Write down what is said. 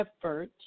effort